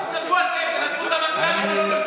אתם, בבקשה.